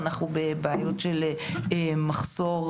אנחנו בבעיות של מחסור,